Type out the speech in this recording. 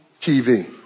TV